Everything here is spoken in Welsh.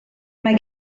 mae